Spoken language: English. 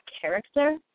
character